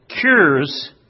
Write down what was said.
cures